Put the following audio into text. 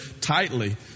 tightly